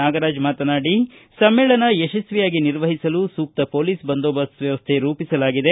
ನಾಗರಾಜ್ ಮಾತನಾಡಿ ಸಮ್ಮೇಳನದ ಯಶಸ್ವಿಯಾಗಿ ನಿರ್ವಹಿಸಲು ಸೂಕ್ತ ಪೊಲೀಸ್ ಬಂದೋಬಸ್ತ್ ವ್ಯವಸ್ಥೆ ರೂಪಿಸಲಾಗಿದೆ